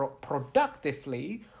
productively